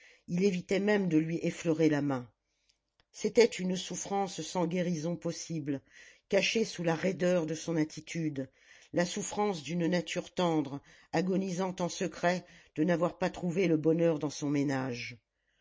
il évitait même de lui effleurer la main c'était une souffrance sans guérison possible cachée sous la raideur de son attitude la souffrance d'une nature tendre agonisant en secret de n'avoir pas trouvé le bonheur dans son ménage